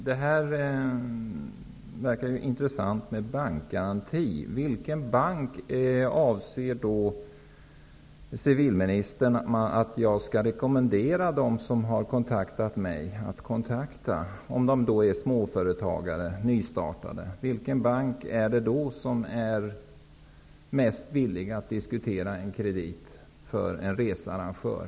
Fru talman! Det som civilministern sade om bankgaranti verkar intressant. Vilken bank avser civilministern att jag skall rekommendera de nystartade småföretag som har kontaktat mig? Vilken bank är mest villig att diskutera en kredit för en researrangör?